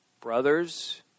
brothers